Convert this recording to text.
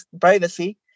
privacy